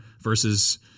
versus